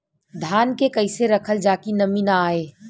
धान के कइसे रखल जाकि नमी न आए?